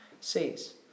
says